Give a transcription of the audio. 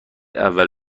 اول